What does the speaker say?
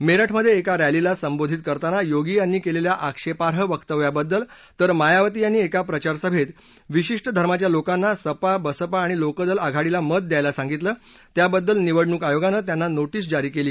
मेरठमध्ये एका रस्तीला संबोधित करताना योगी यांनी केलेल्या आक्षेपार्ह वक्तव्याबद्दल तर मायावती यांनी एका प्रचारसभेत विशिष्ट धर्माच्या लोकांना सपा बसपा आणि लोकदल आघाडीला मत द्यायला सांगितलं त्याबद्दल निवडणूक आयोगानं त्यांना नोटीस जारी केली